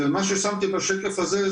ומה ששמתי בשקף הזה,